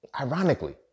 Ironically